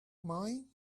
mind